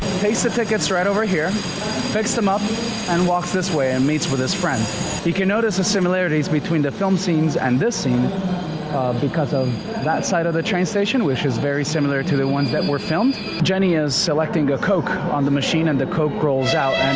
takes the tickets right over here picks them up and walks this way and meets with his friends you can notice the similarities between the film scenes and this place because of that side of the train station which is very similar to the ones that were filmed jenny is selecting a coke on the machine and the coke rolls out